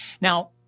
Now